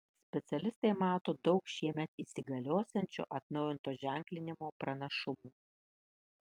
specialistai mato daug šiemet įsigaliosiančio atnaujinto ženklinimo pranašumų